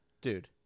dude